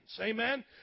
Amen